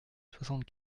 soixante